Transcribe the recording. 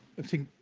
i think